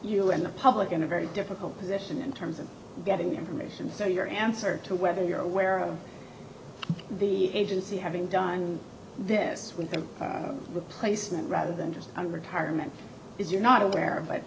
you in the public in a very difficult position in terms of getting information so your answer to whether you're aware of the agency having done this will be a replacement rather than just a retirement if you're not aware of